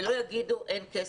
ולא יגידו אין כסף.